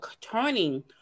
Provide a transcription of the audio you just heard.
turning